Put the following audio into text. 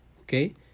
Okay